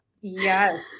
Yes